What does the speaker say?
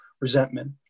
resentment